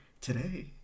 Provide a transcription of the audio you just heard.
today